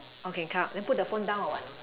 okay come out put the phone down or what